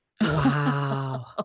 Wow